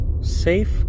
Safe